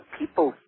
people